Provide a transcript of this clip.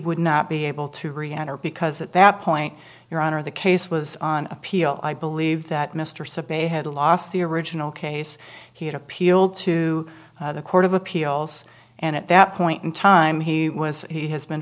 would not be able to reenter because at that point your honor the case was on appeal i believe that mr sabet had lost the original case he had appealed to the court of appeals and at that point in time he was he has been